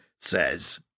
says